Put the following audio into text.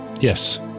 Yes